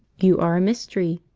you are a mystery!